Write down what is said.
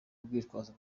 urwitwazo